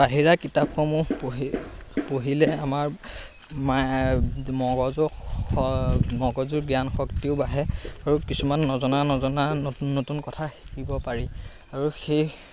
বাহিৰা কিতাপসমূহ পঢ়ি পঢ়িলে আমাৰ মা মগজুক স মগজুৰ জ্ঞান শক্তিও বাঢ়ে আৰু কিছুমান নজনা নজনা নতুন নতুন কথা শিকিব পাৰি আৰু সেই